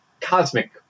cosmic